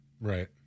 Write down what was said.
Right